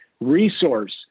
resource